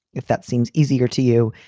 if that seems easier to you,